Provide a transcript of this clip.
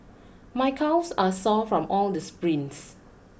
my calves are sore from all these sprints